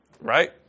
Right